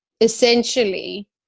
essentially